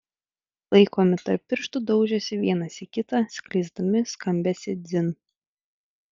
laikomi tarp pirštų daužėsi vienas į kitą skleisdami skambesį dzin